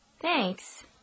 Thanks